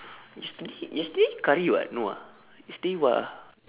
yesterday yesterday curry [what] no ah yesterday what ah